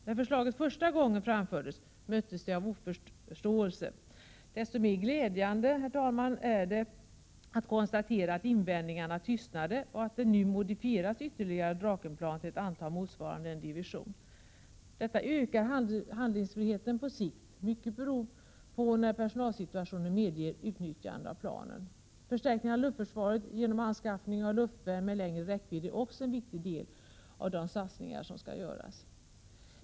Då förslaget första gången framfördes möttes det av oförståelse. Desto mer glädjande, herr talman, är det att konstatera att invändningarna tystnade och att ytterligare Drakenplan nu modifieras till ett antal motsvarande en division. Detta ökar handlingsfriheten på sikt — mycket beror på när personalsituationen medger utnyttjande av planen. Förstärkning av luftförsvaret genom anskaffande av luftvärn med längre räckvidd är också en av de satsningar som skall genomföras.